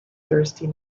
thursday